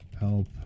help